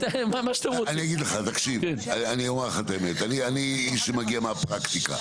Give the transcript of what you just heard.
אני אומר לך את האמת, אני איש שמגיע מהפרקטיקה.